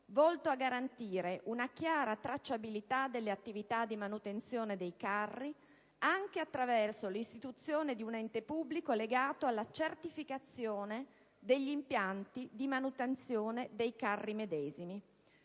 volto a garantire una chiara tracciabilità delle attività di manutenzione dei carri, anche attraverso l'istituzione di un ente pubblico legato alla certificazione degli impianti di manutenzione dei carri medesimi;